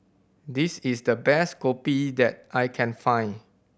this is the best Kopi that I can find